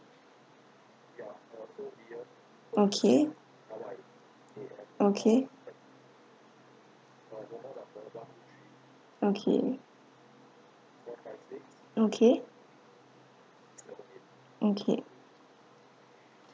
okay okay okay okay okay